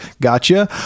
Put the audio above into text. Gotcha